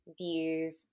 views